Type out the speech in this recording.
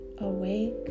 Awake